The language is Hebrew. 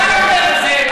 מה אתה אומר על זה?